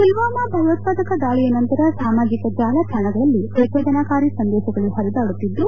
ಮಲ್ವಾಮ ಭಯೋತ್ಪಾದಕ ದಾಳಿಯ ನಂತರ ಸಾಮಾಜಿಕ ಜಾಲ ತಾಣಗಳಲ್ಲಿ ಪ್ರಚೋದನಕಾರಿ ಸಂದೇಶಗಳು ಹರಿದಾಡುತ್ತಿದ್ದು